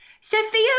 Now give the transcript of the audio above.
Sophia